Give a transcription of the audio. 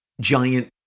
giant